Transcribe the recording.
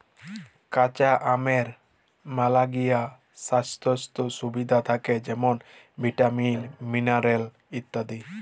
কাঁচা আমের ম্যালাগিলা স্বাইস্থ্য সুবিধা থ্যাকে যেমল ভিটামিল, মিলারেল ইত্যাদি